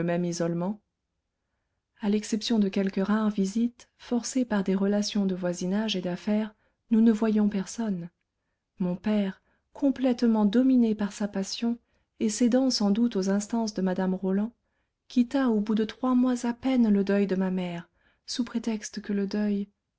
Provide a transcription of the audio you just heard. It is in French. même isolement à l'exception de quelques rares visites forcées par des relations de voisinage et d'affaires nous ne voyions personne mon père complètement dominé par sa passion et cédant sans doute aux instances de mme roland quitta au bout de trois mois à peine le deuil de ma mère sous prétexte que le deuil